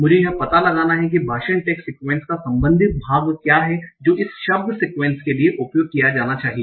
मुझे यह पता लगाना है कि भाषण टैग सिक्यूएन्स का संबंधित भाग क्या है जो इस शब्द सिक्यूएन्स के लिए उपयोग किया जाना चाहिए